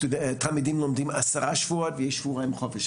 תלמידים לומדים עשרה שבועות ויש שבועיים חופש,